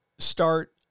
start